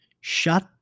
Shut